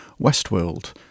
Westworld